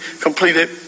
completed